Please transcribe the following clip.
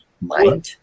mind